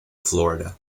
florida